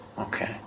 okay